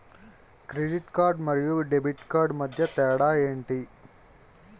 Credit card మరియు debit card మధ్య తేడా ఎంటి?